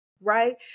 right